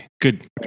Good